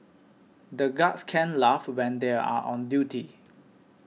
the guards can't laugh when they are on duty